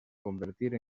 convertir